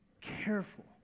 careful